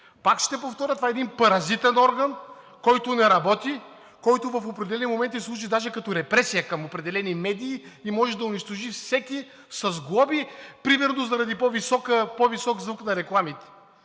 Пак ще повторя, това е един паразитен орган, който не работи, който в определени моменти служи даже и като репресия към определени медии и може да унищожи всеки с глоби примерно заради по-висок звук на рекламите.